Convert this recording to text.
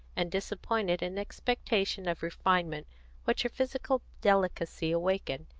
and disappointed an expectation of refinement which her physical delicacy awakened.